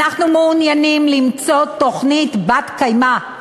אנחנו מעוניינים למצוא תוכנית בת-קיימא,